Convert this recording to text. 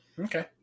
okay